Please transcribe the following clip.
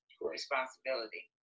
responsibility